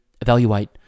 evaluate